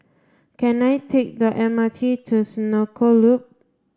can I take the M R T to Senoko Loop